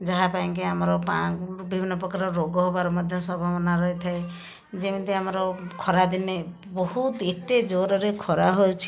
ଯାହାପାଇଁକି ଆମର ବିଭିନ୍ନ ପ୍ରକାର ରୋଗ ହେବାର ମଧ୍ୟ ସମ୍ଭାବନା ରହିଥାଏ ଯେମିତି ଆମର ଖରାଦିନେ ବହୁତ ଏତେ ଜୋରରେ ଖରା ହେଉଛି